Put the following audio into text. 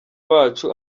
bacu